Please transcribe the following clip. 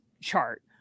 chart